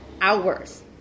hours